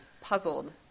puzzled